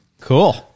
cool